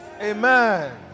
Amen